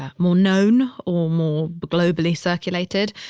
ah more known or more globally circulated.